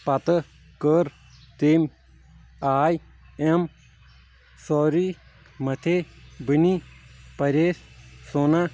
پَتہٕ کٔر تٔمی آے ایٚم سورٕے مَتھے بٔنی پَرے سونا